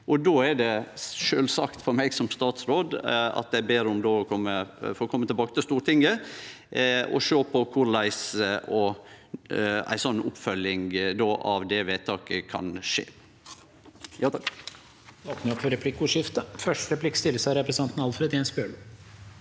Då er det sjølvsagt for meg som statsråd at eg ber om å få kome tilbake til Stortinget og sjå på korleis ei oppfølging av det vedtaket kan skje.